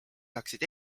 saaksid